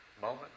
moment